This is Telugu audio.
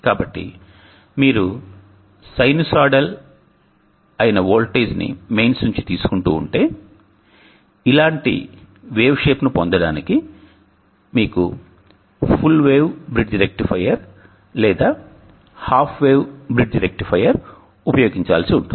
కాబట్టి మీరు సైనూసోయిడల్ అయిన వోల్టేజ్ ని మెయిన్స్ నుండి తీసుకుంటు ఉంటే ఇలాంటి తరంగ ఆకారాన్ని పొందడానికి మీకు ఫుల్ వేవ్ బ్రిడ్జ్ రెక్టిఫైయర్ లేదా హాఫ్ వేవ్ బ్రిడ్జ్ రెక్టిఫైయర్ ఉపయోగించాల్సి ఉంటుంది